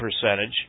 percentage